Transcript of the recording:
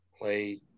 play –